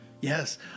Yes